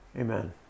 Amen